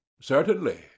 Certainly